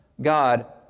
God